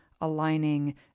aligning